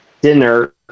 dinner